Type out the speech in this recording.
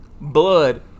Blood